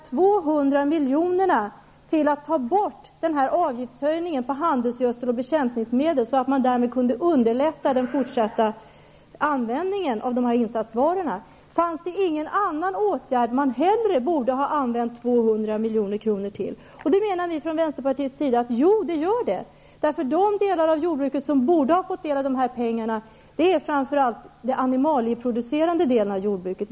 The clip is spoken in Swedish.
200 miljoner skall användas till att ta bort avgiftshöjningen på handelsgödsel och bekämpningsmedel så att man därmed kan underlätta den fortsatta användningen av dessa insatsvaror. Fanns det ingen annan åtgärd man hellre borde ha använt 200 milj.kr. till? Från vänsterpartiets sida menar vi att det finns andra åtgärder. Framför allt den animalieproducerande delen av jordbruket borde ha fått del av dessa pengar.